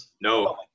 No